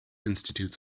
institutes